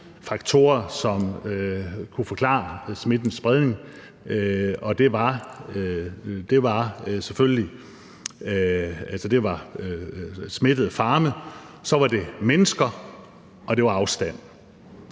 faktorer, som kunne forklare smittens spredning. Det var smittede farme, og så var det mennesker og afstand.